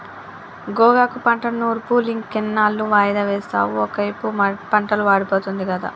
గోగాకు పంట నూర్పులింకెన్నాళ్ళు వాయిదా వేస్తావు ఒకైపు పంటలు వాడిపోతుంది గదా